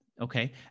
Okay